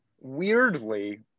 weirdly